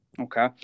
Okay